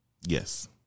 yes